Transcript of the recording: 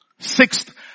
Sixth